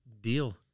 deal